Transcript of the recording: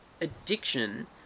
addiction